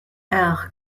air